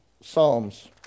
Psalms